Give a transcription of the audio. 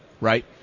right